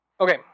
Okay